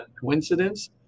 coincidence